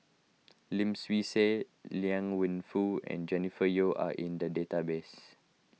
Lim Swee Say Liang Wenfu and Jennifer Yeo are in the database